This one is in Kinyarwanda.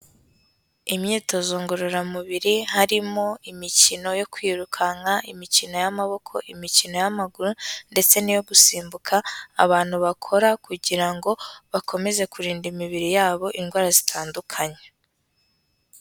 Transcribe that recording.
Imyitozo ngororamubiri harimo imikino yo kwirukanka, imikino y'amaboko, imikino y'amaguru ndetse n'iyo gusimbuka, abantu bakora kugira ngo bakomeze kurinda imibiri yabo indwara zitandukanye.